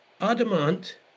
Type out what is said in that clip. Adamant